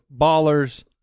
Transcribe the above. BALLERS